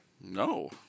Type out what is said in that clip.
No